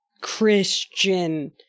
Christian